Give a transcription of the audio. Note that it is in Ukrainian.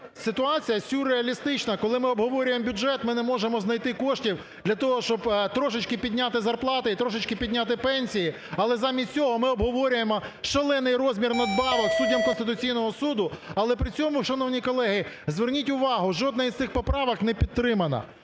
ситуація сюрреалістична: коли ми обговорюємо бюджет, ми не можемо знайти коштів для того, щоб трошечки підняти зарплати і трошечки підняти пенсії, але замість цього ми обговорюємо шалений розмір надбавок суддям Конституційного Суду. Але при цьому, шановні колеги, зверніть увагу, жодна із цих поправок не підтримана.